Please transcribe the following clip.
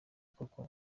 koko